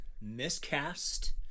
miscast